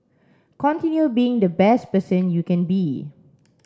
continue being the best person you can be